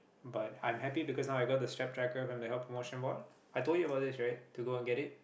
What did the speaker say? but I'm happy because now I got the step tracker from the health promotion board I told you about this right to go and get it